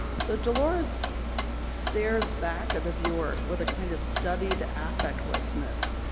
so dolores stares back at the viewer with a kind of studied affectlessness.